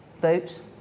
vote